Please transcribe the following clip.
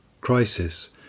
crisis